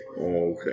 Okay